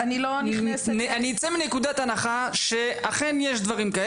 אני יוצא מנקודת הנחה שאכן יש דברים כאלה.